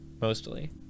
mostly